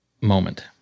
moment